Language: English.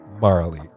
Marley